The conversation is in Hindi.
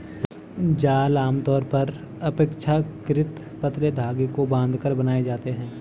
जाल आमतौर पर अपेक्षाकृत पतले धागे को बांधकर बनाए जाते हैं